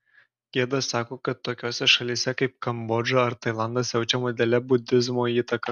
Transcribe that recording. gedas sako kad tokiose šalyse kaip kambodža ar tailandas jaučiama didelė budizmo įtaka